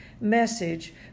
message